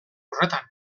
horretan